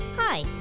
Hi